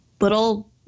little